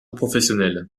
professionnelle